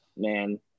man